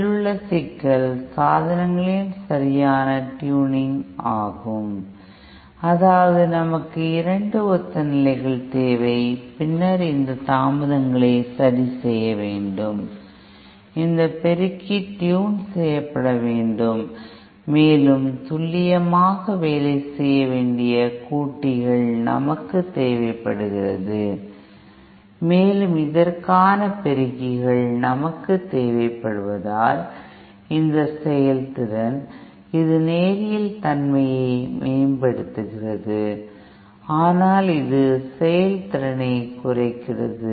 இதில் உள்ள சிக்கல் சாதனங்களின் சரியான ட்யூனிங் ஆகும் அதாவது நமக்கு இரண்டு ஒத்த நிலைகள் தேவை பின்னர் இந்த தாமதங்களை சரிசெய்ய வேண்டும் இந்த பெருக்கி ட்யூன் செய்யப்பட வேண்டும் மேலும் துல்லியமாக வேலை செய்ய வேண்டிய கூட்டிகள் நமக்கு தேவைப்படுகிறது மேலும் இதற்கான பெருக்கிகள் நமக்கு தேவைப்படுவதால் இது செயல்திறன் இது நேரியல் தன்மையை மேம்படுத்துகிறது ஆனால் இது செயல்திறனைக் குறைக்கிறது